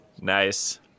nice